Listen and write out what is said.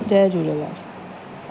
Jay Jhulelal